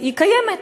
היא קיימת.